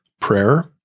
Prayer